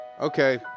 okay